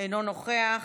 אינו נוכח.